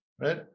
right